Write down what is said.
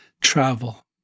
travel